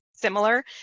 similar